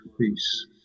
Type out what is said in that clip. peace